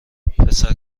پسر